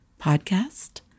podcast